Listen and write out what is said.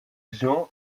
xian